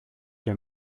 και